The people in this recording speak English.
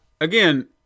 again